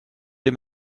les